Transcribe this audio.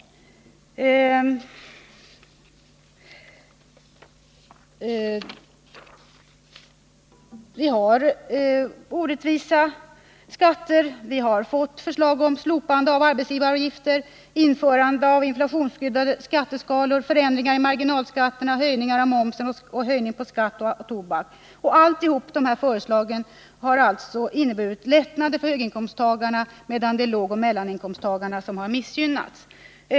Vi har orättvisa skatter. Vi har fått förslag om slopande av arbetsgivaravgifter, införande av inflationsskyddade skatteskalor, förändringar i marginalskatterna, höjningar av momsen och höjning av skatten på tobak. Alla dessa förslag har inneburit lättnader för höginkomsttagarna, medan lågoch mellaninkomsttagarna har missgynnats.